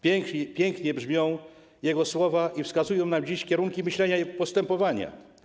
Pięknie brzmią jego słowa i wskazują nam dziś kierunki myślenia i postępowania.